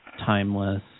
timeless